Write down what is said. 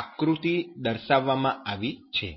આકૃતિ દર્શાવવામાં આવી છે